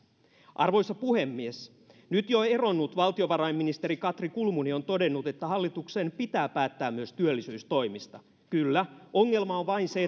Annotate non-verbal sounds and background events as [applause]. arvoisa puhemies nyt jo eronnut valtiovarainministeri katri kulmuni on todennut että hallituksen pitää päättää myös työllisyystoimista kyllä ongelma on vain se [unintelligible]